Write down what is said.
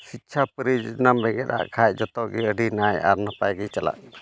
ᱥᱤᱪᱪᱷᱟ ᱯᱚᱨᱤ ᱡᱳᱡᱚᱱᱟᱢ ᱵᱮᱸᱜᱮᱫᱟᱜ ᱠᱷᱟᱡ ᱡᱚᱛᱚᱜᱮ ᱟᱹᱰᱤ ᱱᱟᱭ ᱟᱨ ᱱᱟᱯᱟᱭ ᱜᱮ ᱪᱟᱞᱟᱜ ᱠᱟᱱᱟ